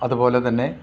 അതു പോലെ തന്നെ